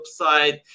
website